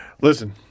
Listen